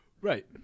Right